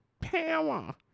power